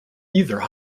either